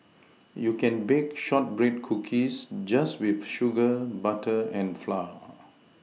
you can bake shortbread cookies just with sugar butter and flour